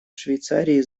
швейцарии